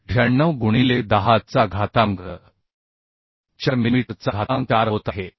98 गुणिले 10 चा घातांक 4 मिलिमीटर चा घातांक 4 होत आहे